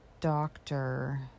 doctor